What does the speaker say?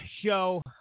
show